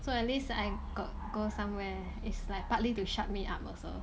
so at least I got go somewhere is like partly to shut me up also